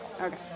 Okay